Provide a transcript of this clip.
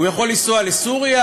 הוא יכול לנסוע לסוריה,